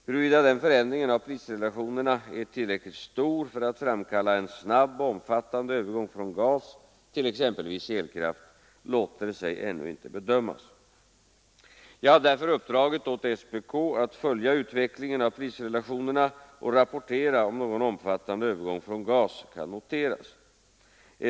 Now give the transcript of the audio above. Huruvida denna förändring av prisrelationerna är tillräckligt stor för att framkalla en snabb och omfattande övergång från gas till exempelvis elkraft, låter sig ännu inte bedömas. Jag har därför uppdragit åt SPK att följa utvecklingen av prisrelationerna och rapportera om någon omfattande övergång från gas kan noteras.